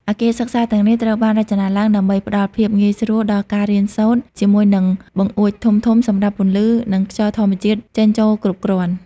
អគារសិក្សាទាំងនេះត្រូវបានរចនាឡើងដើម្បីផ្តល់ភាពងាយស្រួលដល់ការរៀនសូត្រ ជាមួយនឹងបង្អួចធំៗសម្រាប់ពន្លឺ និងខ្យល់ធម្មជាតិចេញចូលគ្រប់គ្រាន់។